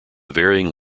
varying